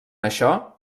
això